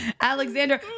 alexander